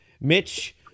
Mitch